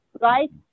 right